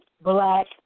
black